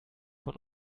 von